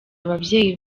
ababyeyi